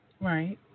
Right